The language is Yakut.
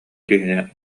киһини